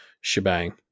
shebang